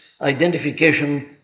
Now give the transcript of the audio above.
identification